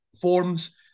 forms